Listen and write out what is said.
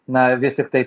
na vis tiktai